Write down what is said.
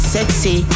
Sexy